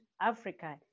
Africa